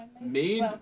made